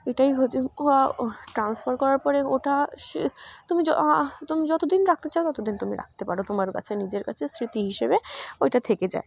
এটাই হচ্ছে ও ট্রান্সফার করার পরে ওটা সে তুমি তুমি যতদিন রাখতে চাও ততদিন তুমি রাখতে পারো তোমার কাছে নিজের কাছে স্মৃতি হিসেবে ওইটা থেকে যায়